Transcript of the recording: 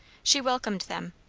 she welcomed them.